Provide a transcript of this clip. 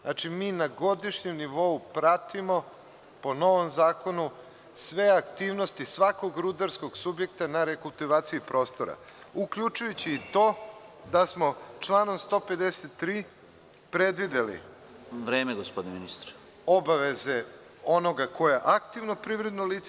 Znači, mi na godišnjem nivou pratimo, po novom zakonu, sve aktivnosti svakog rudarskog subjekta na rekultivaciji prostora, uključujući i to da smo članom 153. predvideli obaveze onoga ko je aktivno privredno lice…